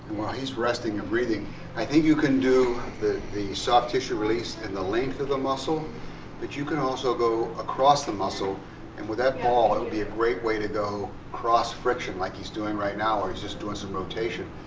he's resting and breathing i think you can do the the soft tissue release in the length of the muscle but you can also go across the muscle and with that ball be a great way to go cross-friction like he's doing right now where he's just doing some rotation.